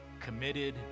committed